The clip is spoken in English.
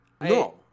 No